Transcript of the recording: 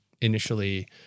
initially